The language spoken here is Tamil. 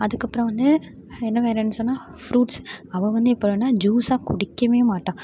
அதுக்கு அப்புறம் வந்து என்ன வேறு என்ன சொன்னேன் ஃபுரூட்ஸ் அவள் வந்து இப்போ என்னன்னா ஜூஸ்லாம் குடிக்கவே மாட்டாள்